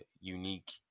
unique